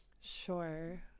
Sure